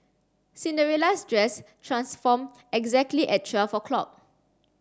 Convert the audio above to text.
Cinderella's dress transformed exactly at twelve o'clock